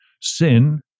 Sin